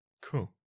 Cool